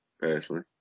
personally